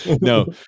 no